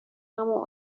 همون